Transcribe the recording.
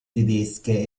tedesche